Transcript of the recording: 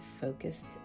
focused